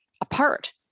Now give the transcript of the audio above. apart